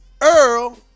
Earl